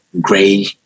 gray